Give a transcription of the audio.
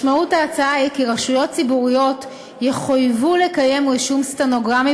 משמעות ההצעה היא כי רשויות ציבוריות יחויבו לקיים רישום סטנוגרמי